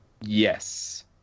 Yes